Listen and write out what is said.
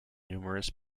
numerous